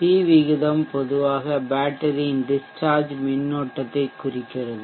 C விகிதம் பொதுவாக பேட்டரியின் டிஷ்சார்ஜ் மின்னோட்டத்தைக் குறிக்கிறது